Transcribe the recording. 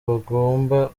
bagomba